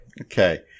Okay